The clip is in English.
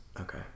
Okay